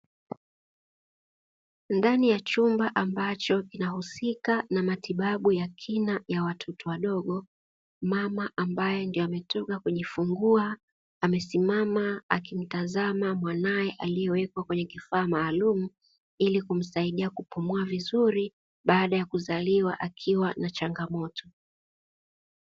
Ndani ya chumba ambacho kinahusika na matibabu ya kina ya watoto wadogo, mama ambaye ndiyo ametoka kujifungua amesimama akimtazama mwanaye aliyewekwa kwenye kifaa maalumu, ilikumsaidia kupumua vizuri baada ya kuzaliwa akiwa na changamoto.